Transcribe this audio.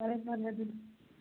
ꯐꯔꯦ ꯐꯔꯦ ꯑꯗꯨꯗꯤ